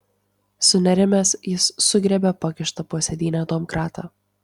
sunerimęs jis sugriebė pakištą po sėdyne domkratą